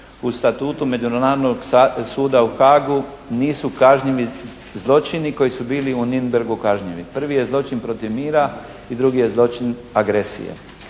u statutu Međunarodnog suda u Haagu nisu kažnjeni zločini koji su bili u Nürnbergu kažnjivi. Prvi je zločin protiv mira i drugi je zločin agresija.